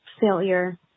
failure